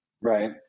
Right